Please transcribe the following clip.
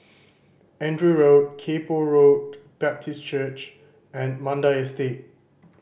Andrew Road Kay Poh Road Baptist Church and Mandai Estate